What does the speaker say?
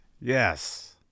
yes